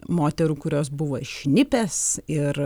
moterų kurios buvo šnipės ir